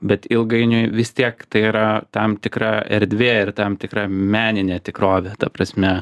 bet ilgainiui vis tiek tai yra tam tikra erdvė ir tam tikra meninė tikrovė ta prasme